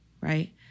right